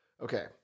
Okay